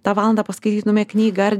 tą valandą paskaitytume knygą ar